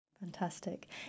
Fantastic